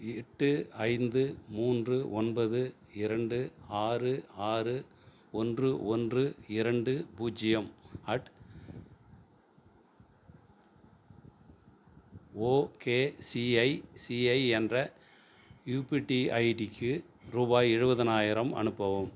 எட்டு ஐந்து மூன்று ஒன்பது இரண்டு ஆறு ஆறு ஒன்று ஒன்று இரண்டு பூஜ்ஜியம் அட் ஓகேசிஐசிஐ என்ற யுபிடி ஐடிக்கு ரூபாய் எழுபதனாயிரம் அனுப்பவும்